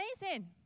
amazing